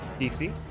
DC